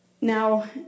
Now